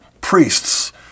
priests